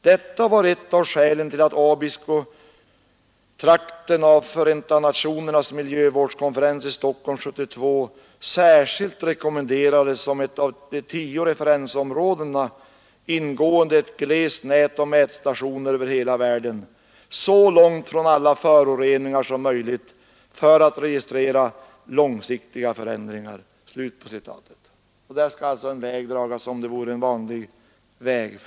Detta var ett av skälen till att Abiskotrakten av FN:s miljövårdskonferens i Stockholm 1972 särskilt rekommenderades som ett av tio referensområden ingående i ett glest nät av mätstationer över hela världen ”så långt från alla föroreningar som möjligt för att registrera långsiktiga förändringnv Och där skall alltså en väg dragas precis som om det vore en vanlig väg.